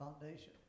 foundation